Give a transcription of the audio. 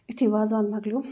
یُتھُے وازوان مۄکلیو